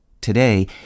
Today